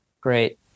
Great